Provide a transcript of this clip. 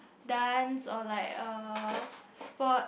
dance or like a sport